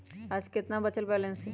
आज केतना बचल बैलेंस हई?